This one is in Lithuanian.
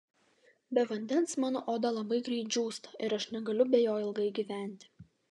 be vandens mano oda labai greit džiūsta ir aš negaliu be jo ilgai gyventi